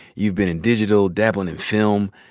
you've been in digital, dabblin' in film.